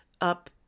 up